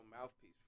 mouthpiece